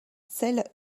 celle